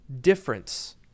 difference